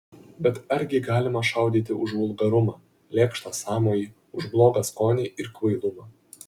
bet argi galima šaudyti už vulgarumą lėkštą sąmojį už blogą skonį ir kvailumą